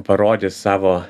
parodys savo